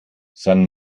san